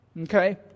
Okay